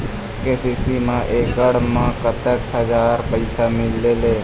KCC मा एकड़ मा कतक हजार पैसा मिलेल?